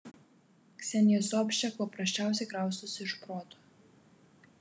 ksenija sobčak paprasčiausiai kraustosi iš proto